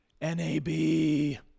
N-A-B